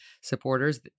supporters